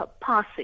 passing